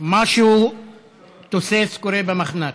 משהו תוסס קורה במחנ"צ.